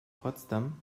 potsdam